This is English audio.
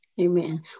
Amen